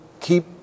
keep